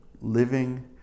living